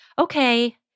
Okay